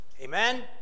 Amen